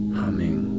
humming